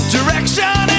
Direction